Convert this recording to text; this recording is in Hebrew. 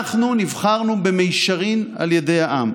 אנחנו נבחרנו במישרין על ידי העם.